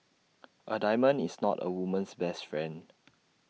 A diamond is not A woman's best friend